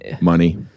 Money